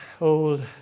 old